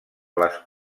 les